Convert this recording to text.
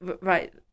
right